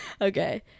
Okay